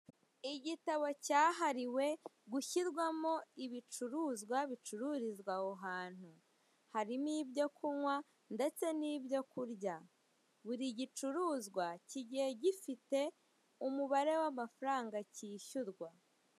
Igitabo cyahariwe gushyirwamo ibicuruzwa bicururizwa aho hantu, harimo ibyo kunywa ndetse n''ibyo kurya. Buri gicuruzwa kigiye gifite umubare w'amafaranga kishyurwa.